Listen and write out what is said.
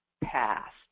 past